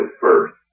first